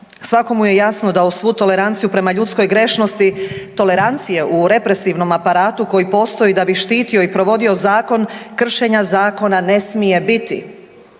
Svakome je jasno da uz svu toleranciju prema ljudskoj grešnosti tolerancije u represivnom aparatu koji postoji da bi štitio i provodio zakon kršenja zakona ne smije biti.